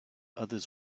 others